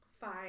Five